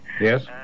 Yes